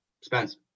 Spence